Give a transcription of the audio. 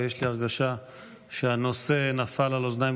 ויש לי הרגשה שהנושא נפל על אוזניים